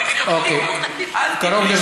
הפרוטוקול.